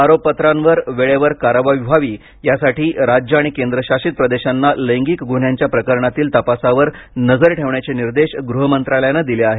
आरोपपत्रांवर वेळेवर कारवाई व्हावी यासाठी राज्य आणि केंद्रशासित प्रदेशांना लैंगिक गुन्ह्यांच्या प्रकरणातील तपासावर नजर ठेवण्याचे निर्देश गृह मंत्रालयानं दिले आहेत